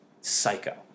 psycho